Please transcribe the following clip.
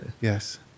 Yes